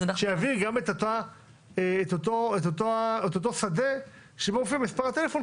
שיעביר גם את אותו שדה שבו מופיע מספר הטלפון,